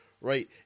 right